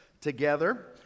together